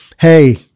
hey